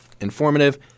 informative